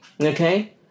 Okay